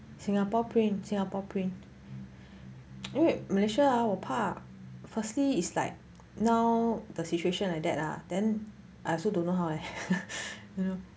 singapore print singapore print 因为 malaysia ah 我怕 firstly is like now the situation like that lah then I also don't know eh you know